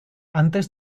antes